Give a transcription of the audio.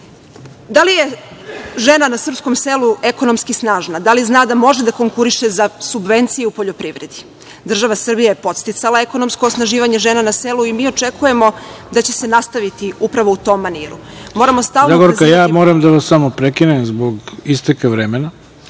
Da li je žena na srpskom selu ekonomski snažna? Da li zna da može da konkuriše za subvenciju poljoprivredi? Država Srbija je podsticala ekonomsko osnaživanje žena na selu i mi očekujemo da će se nastaviti upravo u tom maniru. **Ivica Dačić** Zagorka, moram da vas prekinem, zbog isteka vremena.